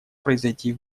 произойти